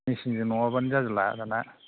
मेसिनजों नङाबानो जाला दाना